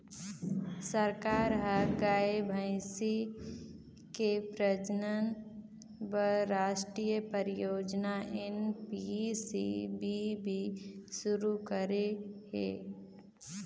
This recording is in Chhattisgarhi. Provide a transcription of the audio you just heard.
सरकार ह गाय, भइसी के प्रजनन बर रास्टीय परियोजना एन.पी.सी.बी.बी सुरू करे हे